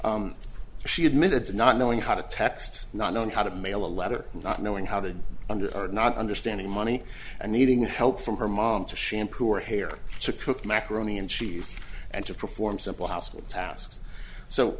she admitted to not knowing how to text not knowing how to mail a letter not knowing how to under her not understanding money and needing help from her mom to shampoo or hair to cook macaroni and cheese and to perform simple household tasks so